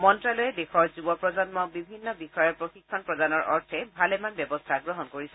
মন্তালয়ে দেশৰ যুৱ প্ৰজন্মক বিভিন্ন বিষয়ৰ প্ৰশিক্ষণ প্ৰদানৰ অৰ্থে ভালেমান ব্যৱস্থা গ্ৰহণ কৰিছে